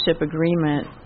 agreement